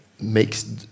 makes